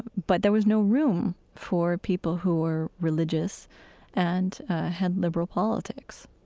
but there was no room for people who were religious and had liberal politics